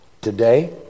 Today